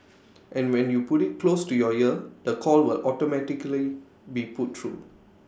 and when you put IT close to your ear the call will automatically be put through